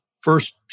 first